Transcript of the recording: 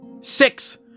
Six